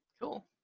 Cool